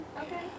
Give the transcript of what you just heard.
Okay